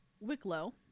wicklow